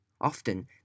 Often